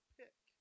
pick